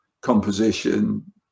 composition